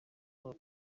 wawe